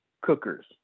cookers